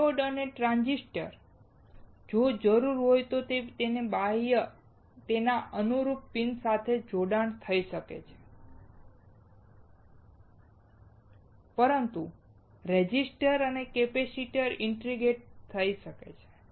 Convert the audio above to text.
diodes અને transistor જો જરૂરી હોય તો તે બાહ્યરૂપે તેના અનુરૂપ પિન સાથે જોડાઈ શકે છે પરંતુ રેઝિસ્ટર અને કેપેસિટર્સ ઇન્ટિગ્રેટ થઈ શકે છે